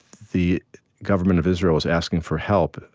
the government of israel was asking for help.